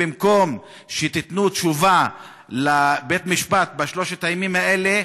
במקום שתיתנו תשובה לבית-המשפט בשלושת הימים האלה,